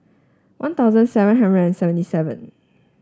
One Thousand seven hundred and seventy seven